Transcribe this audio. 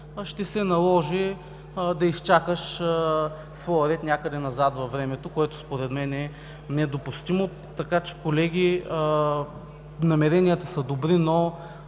ще се наложи да изчакаш своя ред някъде назад във времето, което според мен е недопустимо. Колеги, намеренията са добри, но